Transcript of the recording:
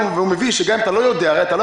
כתוב שם שגם אם אתה לא יודע הרי אתה לא